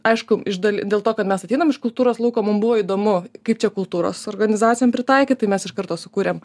aišku iš dal dėl to kad mes ateinam iš kultūros lauko mum buvo įdomu kaip čia kultūros organizacijom pritaikyt tai mes iš karto sukūrėm